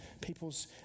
people's